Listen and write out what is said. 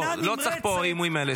לא צריך פה, עם אלה.